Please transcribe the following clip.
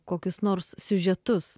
kokius nors siužetus